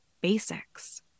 basics